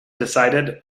decided